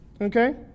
okay